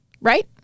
right